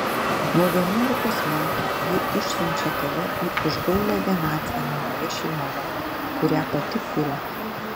nuo vienuolikos metų ji išsiunčia tave į užgaulią vienatvę naujoje šeimoje kurią pati kuria